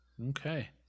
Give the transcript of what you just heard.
Okay